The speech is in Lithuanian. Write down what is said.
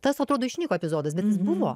tas atrodo išnyko epizodas bet jis buvo